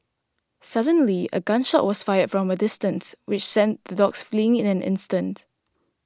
suddenly a gun shot was fired from a distance which sent the dogs fleeing in an instant